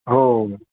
हो